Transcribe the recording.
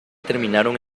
terminaron